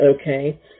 Okay